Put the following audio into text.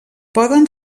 poden